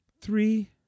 three